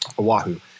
Oahu